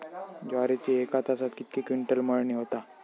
ज्वारीची एका तासात कितके क्विंटल मळणी होता?